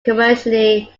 commercially